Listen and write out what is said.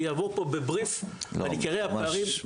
אני אעבור פה בבריף על עיקרי הפערים,